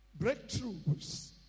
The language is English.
breakthroughs